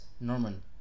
Norman